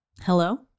Hello